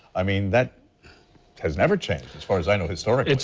i mean that has never changed as far as i know historically.